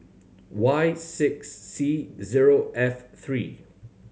Y six C zero F three